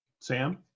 Sam